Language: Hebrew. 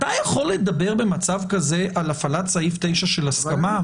אתה יכול לדבר במצב כזה על הפעלת סעיף 9 של הסכמה?